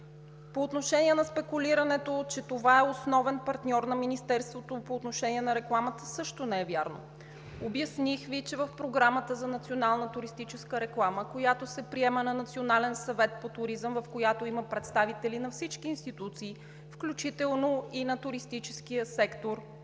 По отношение на спекулирането, че това е основен партньор на Министерството относно рекламата, също не е вярно. Обясних Ви, че в Програмата за национална туристическа реклама, която се приема от Национален съвет по туризъм, в която има представители на всички институции, включително и на туристическия сектор,